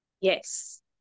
Yes